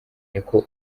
niko